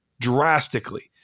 Drastically